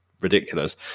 ridiculous